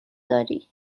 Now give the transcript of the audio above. داری